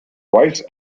twice